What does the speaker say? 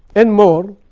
and more,